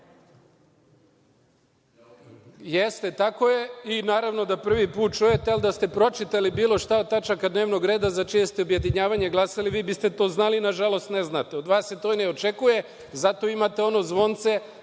čujem.)Jeste, tako je, naravno da prvi put čujete, ali da ste pročitali bilo šta od tačaka dnevnog reda za čije ste objedinjavanje glasali, vi biste to znali, ali nažalost, ne znate. Od vas se to i ne očekuje, zato imate ono zvonce,